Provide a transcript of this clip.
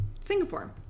Singapore